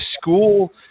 school